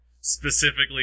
specifically